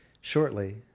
shortly